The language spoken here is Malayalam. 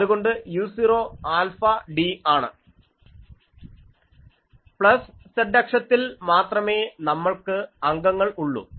അതുകൊണ്ട് u0 ആൽഫ d ആണ് പ്ലസ് z അക്ഷത്തിൽ മാത്രമേ നമ്മൾക്ക് അംഗങ്ങൾ ഉള്ളൂ